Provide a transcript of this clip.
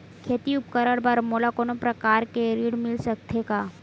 खेती उपकरण बर मोला कोनो प्रकार के ऋण मिल सकथे का?